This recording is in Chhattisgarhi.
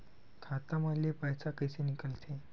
खाता मा ले पईसा कइसे निकल थे?